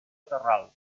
terral